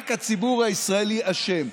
רק הציבור הישראלי אשם.